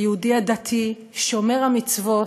היהודי הדתי שומר המצוות,